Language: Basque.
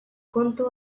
kontu